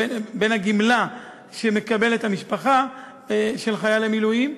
לבין הגמלה שמקבלת המשפחה של חייל המילואים,